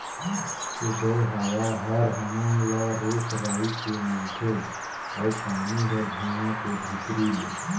सुदय हवा हर हमन ल रूख राई के मिलथे अउ पानी हर भुइयां के भीतरी ले